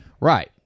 Right